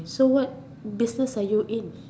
so what business are you in